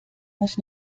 muss